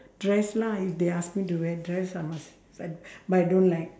dress lah if they ask me to wear dress I must we~ but I don't like